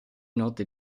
note